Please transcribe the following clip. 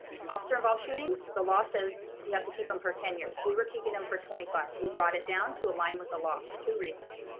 officer involved shootings, the law says you have to keep them for ten years. we were keeping them for twenty five. we brought it down to align with the law for two reasons.